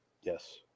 yes